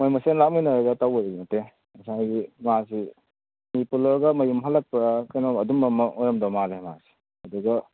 ꯃꯣꯏ ꯃꯁꯦꯟ ꯂꯥꯛꯃꯤꯟꯅꯔꯒ ꯇꯧꯕꯗꯤ ꯅꯠꯇꯦ ꯉꯁꯥꯏꯒꯤ ꯃꯥꯁꯤ ꯃꯤ ꯄꯨꯜꯂꯨꯔꯒ ꯃꯌꯨꯝ ꯍꯜꯂꯛꯄ ꯀꯩꯅꯣ ꯑꯗꯨꯝꯕ ꯑꯃ ꯑꯣꯏꯔꯝꯗꯣꯏ ꯃꯥꯜꯂꯦ ꯃꯥꯁꯦ ꯑꯗꯨꯒ